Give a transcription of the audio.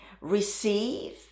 receive